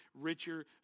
richer